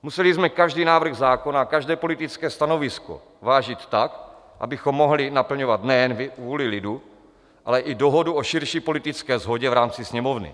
Museli jsme každý návrh zákona, každé politické stanovisko vážit tak, abychom mohli naplňovat nejen vůli lidu, ale i dohodu o širší politické shodě v rámci Sněmovny.